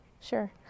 Sure